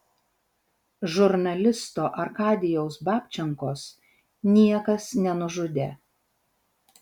žurnalisto arkadijaus babčenkos niekas nenužudė